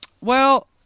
Well-